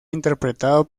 interpretado